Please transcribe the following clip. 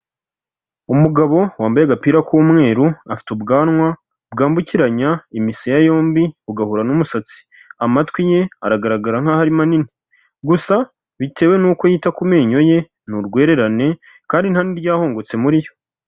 Umugabo wambaye agapira k'umweru, afite ubwanwa bwambukiranya imisaya yombi, bugahura n'umusatsi. Amatwi ye aragaragara nkaho ari manini. Gusa bitewe n'uko yita ku menyo ye, ni urwererane kandi nta n'iryahongotse muri yo.